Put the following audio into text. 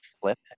flip